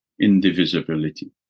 indivisibility